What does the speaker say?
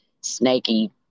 snaky